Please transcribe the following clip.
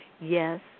yes